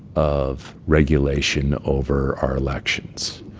of regulation over our elections.